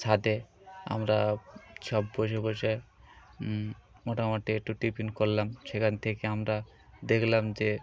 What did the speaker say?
ছাদে আমরা সব বসে বসে মোটামুটি একটু টিফিন করলাম সেখান থেকে আমরা দেখলাম যে